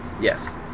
Yes